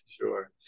sure